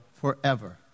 forever